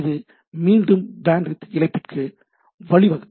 அது மீண்டும் பேண்ட்வித் இழப்பிற்கு வழிவகுக்கும்